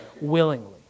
willingly